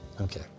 Okay